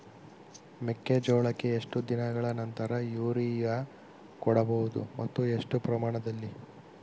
ಮೆಕ್ಕೆಜೋಳಕ್ಕೆ ಎಷ್ಟು ದಿನಗಳ ನಂತರ ಯೂರಿಯಾ ಕೊಡಬಹುದು ಮತ್ತು ಎಷ್ಟು ಪ್ರಮಾಣದಲ್ಲಿ?